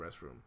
restroom